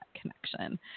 connection